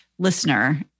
Listener